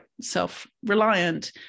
self-reliant